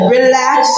Relax